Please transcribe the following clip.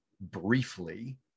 briefly